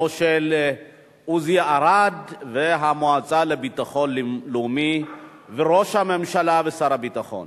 של עוזי ארד והמועצה לביטחון לאומי וראש הממשלה ושר הביטחון.